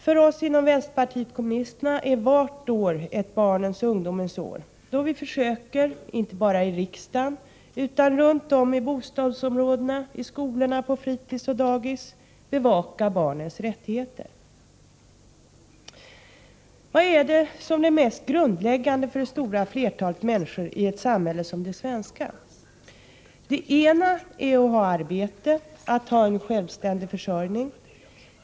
För oss inom vänsterpartiet kommunisterna är varje år ett barnens och ungdomens år, då vi försöker, inte bara i riksdagen utan runt om i bostadsområdena, i skolorna, på fritids och på dagis, bevaka barnens rättigheter. Vad är det som är mest grundläggande för det stora flertalet människor i ett samhälle som det svenska? Det ena är att ha arbete, att ha en självständig försörjning.